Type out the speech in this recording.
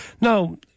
Now